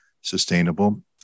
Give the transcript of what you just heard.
sustainable